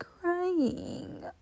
crying